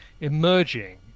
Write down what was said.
emerging